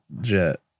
jet